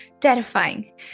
terrifying